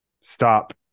stop